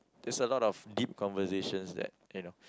there's a lot of deep conversations that you know